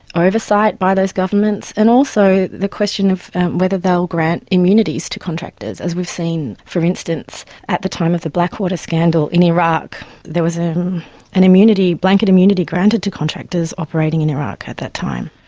ah oversight by those governments and also the question of whether they'll grant immunities to contractors. as we've seen, for instance, at the time of the blackwater scandal in iraq there was ah an immunity, a blanket immunity granted to contractors operating in iraq at that time.